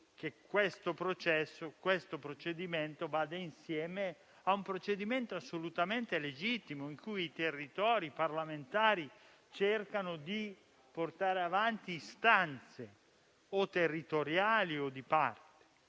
che questo procedimento vada insieme a un procedimento assolutamente legittimo, nell'ambito del quale i parlamentari cercano di portare avanti istanze o territoriali o di parte.